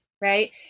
right